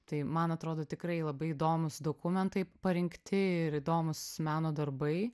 tai man atrodo tikrai labai įdomūs dokumentai parengti ir įdomūs meno darbai